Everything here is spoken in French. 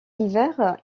hiver